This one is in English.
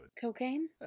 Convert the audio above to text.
Cocaine